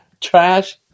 trash